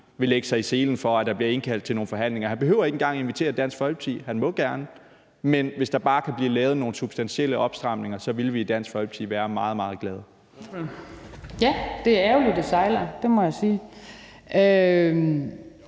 vil lægge sig i selen for, at der bliver indkaldt til nogle forhandlinger. Han behøver ikke engang invitere Dansk Folkeparti, men han må gerne. Hvis der bare kan blive lavet nogle substantielle opstramninger, vil vi i Dansk Folkeparti være meget, meget glade. Kl. 12:23 Den fg.